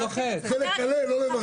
זה לקלל, לא לברך.